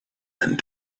and